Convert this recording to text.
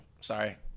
Sorry